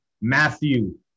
Matthew